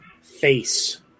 face